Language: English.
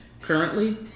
Currently